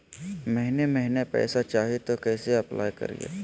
महीने महीने पैसा चाही, तो कैसे अप्लाई करिए?